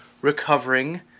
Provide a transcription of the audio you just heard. recovering